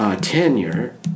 Tenure